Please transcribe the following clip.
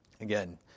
Again